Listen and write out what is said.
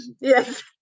Yes